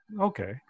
okay